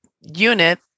unit